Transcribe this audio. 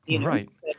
Right